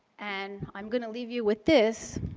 and i'm going to leave you with this